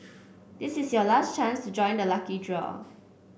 this is your last chance to join the lucky draw